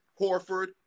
Horford